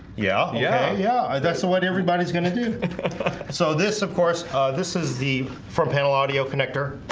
yeah, yeah, yeah, that's the what everybody's gonna do so this of course this is the front panel audio connector.